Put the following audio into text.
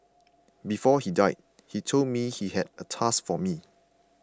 before he died he told me he had a task for me